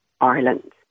Ireland